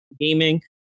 gaming